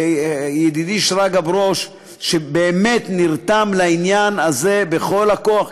ידידי שרגא ברוש, שבאמת נרתם לעניין הזה בכל הכוח.